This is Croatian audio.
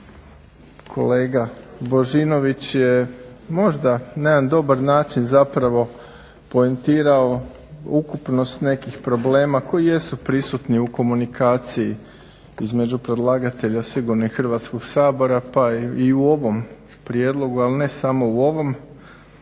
Kolega Božinović je možda na jedan dobar način poentirao ukupnost nekih problema koji jesu prisutni u komunikaciji između predlagatelja sigurno i Hrvatskog sabora, pa i u ovom prijedlogu, ali ne samo u ovom.